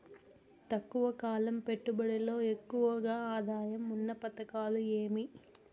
తక్కువ కాలం పెట్టుబడిలో ఎక్కువగా ఆదాయం ఉన్న పథకాలు ఏమి?